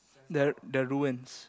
the the ruins